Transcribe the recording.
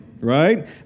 Right